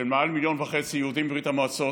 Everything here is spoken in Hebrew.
מעל 1.5 מיליון יהודים מברית המועצות.